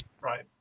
Right